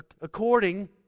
according